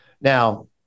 Now